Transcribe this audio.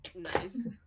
Nice